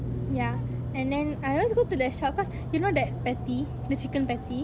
ya and then I always go to that shop cause you know that patty the chicken patty